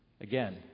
Again